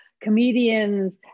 comedians